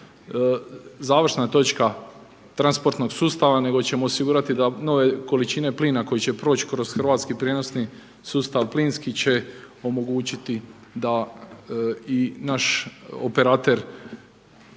završna točka transportnog sustava nego ćemo osigurati da nove količine plina koji će proći kroz hrvatski prijenosni sustav plinski će omogućiti da i naš operater